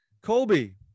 Colby